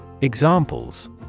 Examples